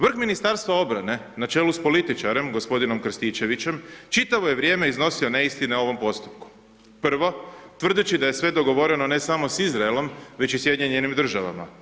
Vrh Ministarstva obrane na čelu s političarem g. Krstičevićem, čitavo je vrijeme iznosio neistine o ovom postupku, prvo tvrdeći da je sve dogovoreno ne samo s Izraelom, već i SAD-om.